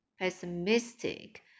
Pessimistic